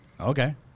Okay